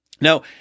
Now